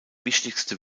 wichtigste